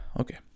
Okay